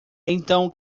então